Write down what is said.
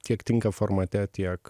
tiek tinka formate tiek